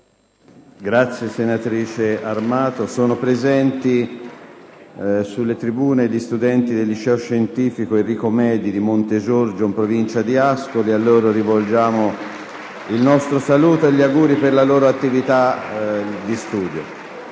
una nuova finestra"). Sono presenti in tribuna gli studenti del Liceo scientifico «Enrico Medi» di Montegiorgio, in provincia di Ascoli Piceno. A loro rivolgiamo il nostro saluto e gli auguri per la loro attività di studio.